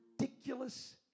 ridiculous